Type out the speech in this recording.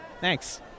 Thanks